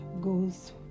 goes